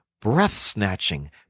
breath-snatching